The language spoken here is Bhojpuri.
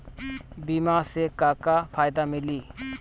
बीमा से का का फायदा मिली?